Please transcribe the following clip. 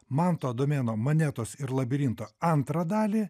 manto adomėno monetos ir labirinto antrą dalį